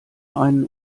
ein